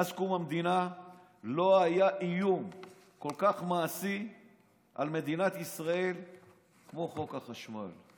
שמאז קום המדינה לא היה איום כל כך מעשי על מדינת ישראל כמו חוק החשמל.